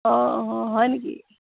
অঁ অঁ হয় নেকি